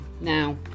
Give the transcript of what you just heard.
now